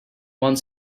want